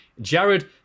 Jared